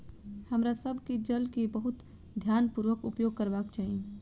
हमरा सभ के जल के बहुत ध्यानपूर्वक उपयोग करबाक चाही